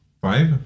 Five